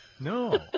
No